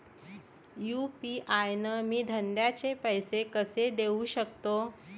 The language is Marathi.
यू.पी.आय न मी धंद्याचे पैसे कसे देऊ सकतो?